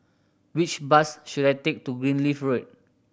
which bus should I take to Greenleaf Road